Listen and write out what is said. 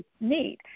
need